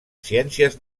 ciències